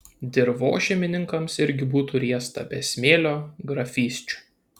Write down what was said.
dirvožemininkams irgi būtų riesta be smėlio grafysčių